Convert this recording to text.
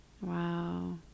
Wow